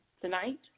tonight